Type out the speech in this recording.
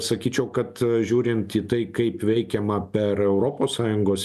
sakyčiau kad žiūrint į tai kaip veikiama per europos sąjungos